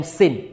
sin